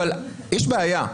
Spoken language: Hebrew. אבל יש בעיה,